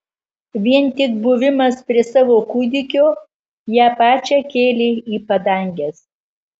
vien tik buvimas prie savo kūdikio ją pačią kėlė į padanges